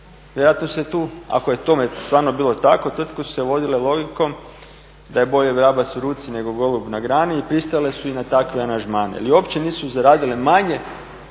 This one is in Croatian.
Vjerojatno se tu ako je tome stvarno bilo tako tvrtke su se vodile logikom da je bolje vrabac u ruci nego golub na grani i pristale su i na takve angažmane ili uopće nisu zaradile manje